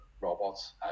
robots